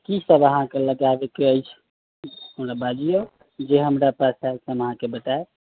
की सब अहाँकेॅं लगाबैक अछि बाजियौ जे हमरा पास है सामान से बतायब